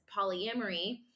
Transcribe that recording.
polyamory